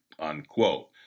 Unquote